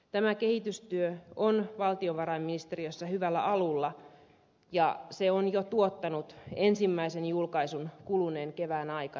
tämä kehitystyö on valtiovarainministeriössä hyvällä alulla ja se on jo tuottanut ensimmäisen julkaisun kuluneen kevään aikana